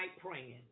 praying